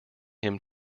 him